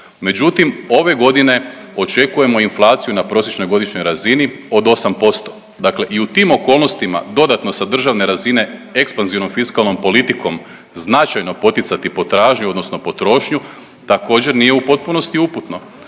međutim ove godine očekujemo inflaciju na prosječnoj godišnjoj razini od 8%, dakle i u tim okolnostima dodatno sa državne razine ekspanzivnom fiskalnom politikom značajno poticati potražnju odnosno potrošnju također nije u potpunosti uputno.